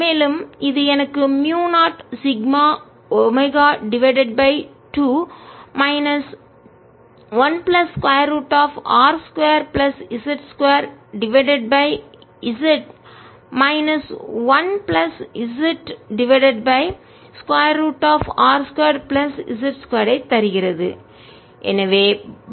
மேலும் இது எனக்கு mu 0 sigma omega divided by 2 minus 1 plus square root of R 2 plus z 2 divided by z minus 1 plus z divided by square root of R 2 plus z 2 தருகிறது